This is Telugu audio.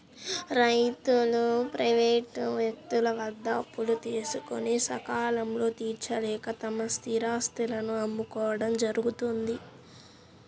రైతులు ప్రైవేటు వ్యక్తుల వద్ద అప్పులు తీసుకొని సకాలంలో తీర్చలేక తమ స్థిరాస్తులను అమ్ముకోవడం జరుగుతోంది